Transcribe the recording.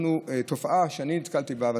תופעה שאני נתקלתי בה,